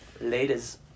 ladies